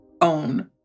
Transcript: own